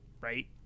Right